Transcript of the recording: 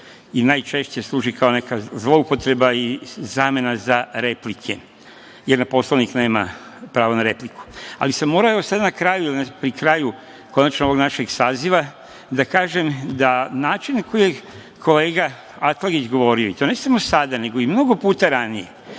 i najčešće služi kao neka zloupotreba i zamena za replike, jer na Poslovnik nema prava na repliku. Morao sam pri kraju konačno ovog našeg saziva da kažem da način na koji je kolega Atlagić govorio, i to ne samo sada, nego i mnogo puta ranije,